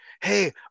hey